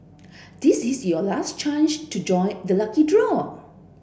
this is your last chance to join the lucky draw